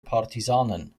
partisanen